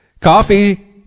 coffee